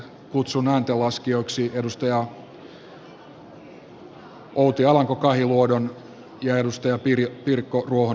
kutsun ääntenlaskijoiksi edustajat outi alanko kahiluodon ja edustaja pirjo kirkko on